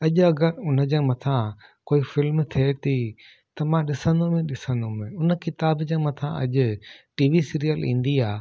अॼु अगरि उन जे मथां कोइ फिल्म थिए थी त मां ॾिसंदुमि ई ॾिसंदुमि उन किताब जे मथां अॼु टीवी सीरियल ईंदी आहे